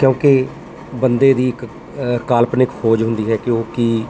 ਕਿਉਂਕਿ ਬੰਦੇ ਦੀ ਇੱਕ ਕਾਲਪਨਿਕ ਖੋਜ ਹੁੰਦੀ ਹੈ ਕਿ ਉਹ ਕੀ